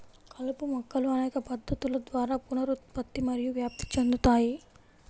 కలుపు మొక్కలు అనేక పద్ధతుల ద్వారా పునరుత్పత్తి మరియు వ్యాప్తి చెందుతాయి